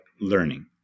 learning